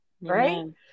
right